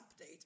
update